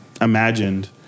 imagined